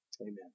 amen